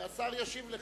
והשר ישיב לך.